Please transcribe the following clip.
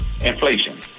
inflation